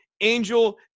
Angel